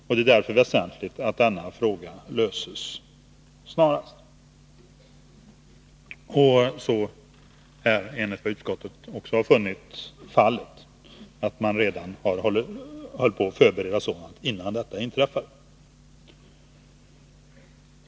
Därför är det väsentligt att denna fråga snarast löses. Enligt vad utskottet har funnit höll man också på att förbereda sådana kontaktmöjligheter redan innan ubåtsaffären inträffade.